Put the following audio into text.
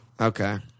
Okay